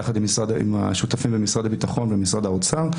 יחד עם השותפים במשרד הביטחון ובמשרד האוצר,